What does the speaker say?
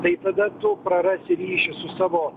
tai tada tu prarasi ryšį su savo